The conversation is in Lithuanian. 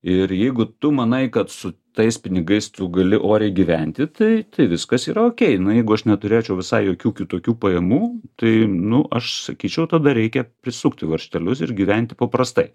ir jeigu tu manai kad su tais pinigais tu gali oriai gyventi tai tai viskas yra okay na jeigu aš neturėčiau visai jokių kitokių pajamų tai nu aš sakyčiau tada reikia prisukti varžtelius ir gyventi paprastai